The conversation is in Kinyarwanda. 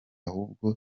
ahubwo